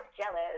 jealous